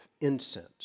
incense